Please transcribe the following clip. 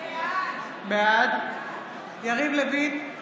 בעד יריב לוין,